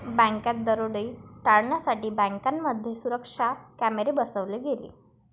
बँकात दरोडे टाळण्यासाठी बँकांमध्ये सुरक्षा कॅमेरे बसवले गेले